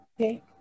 Okay